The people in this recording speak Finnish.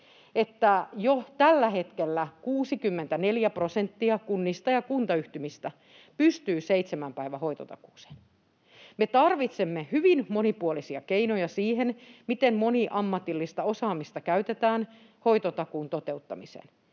että jo tällä hetkellä 64 prosenttia kunnista ja kuntayhtymistä pystyy seitsemän päivän hoitotakuuseen. Me tarvitsemme hyvin monipuolisia keinoja siihen, miten moniammatillista osaamista käytetään hoitotakuun toteuttamiseen.